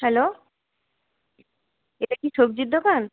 hello এটা কি সবজির দোকান